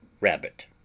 rabbit